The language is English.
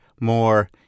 more